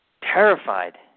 terrified